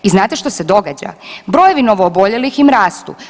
I znate što se događa, brojevi novooboljelih im rastu.